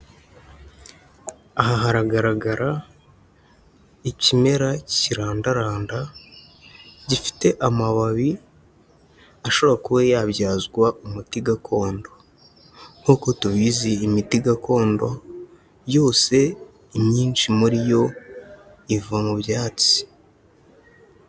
Aha haragaragara ikimera kirandaranda gifite amababi ashobora kuba yabyazwa umuti gakondo, nk'uko tubizi imiti gakondo yose imyinshi muri yo iva mu byatsi.